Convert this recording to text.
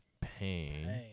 Pain